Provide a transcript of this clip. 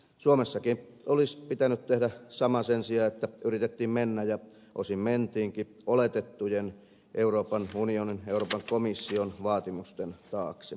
suomessakin olisi pitänyt tehdä sama sen sijaan että yritettiin mennä ja osin mentiinkin oletettujen euroopan unionin euroopan komission vaatimusten taakse